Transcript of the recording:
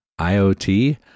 IOT